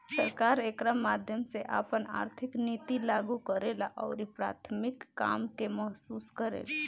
सरकार एकरा माध्यम से आपन आर्थिक निति लागू करेला अउरी प्राथमिक काम के महसूस करेला